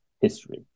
history